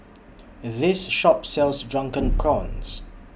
This Shop sells Drunken Prawns